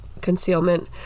concealment